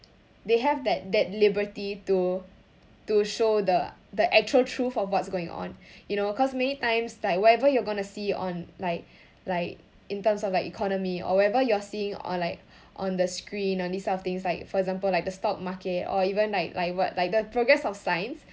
they have that that liberty to to show the the actual truth of what's going on you know cause many times like whatever you are going to see on like like in terms of like economy or whatever you're seeing on like on the screen or this type of things like for example like the stock market or even like like what like the progress of science